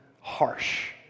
harsh